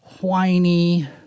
whiny